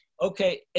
okay